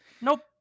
Nope